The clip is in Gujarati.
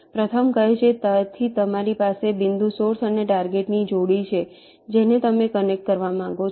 પ્રથમ કહે છે તેથી તમારી પાસે બિંદુ સોર્સ અને ટાર્ગેટ ની જોડી છે જેને તમે કનેક્ટ કરવા માંગો છો